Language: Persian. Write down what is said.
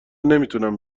نمیتونم